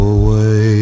away